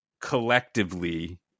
collectively